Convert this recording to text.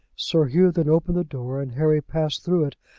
sir hugh then opened the door, and harry passed through it,